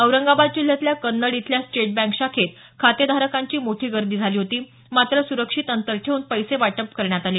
औरंगाबाद जिल्ह्यातल्या कन्नड इथल्या state bank शाखेत खातेधारकांची मोठी गर्दी केली मात्र सुरक्षित अंतर ठेवून पैसे वाटप करण्यात आले